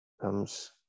comes